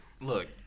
look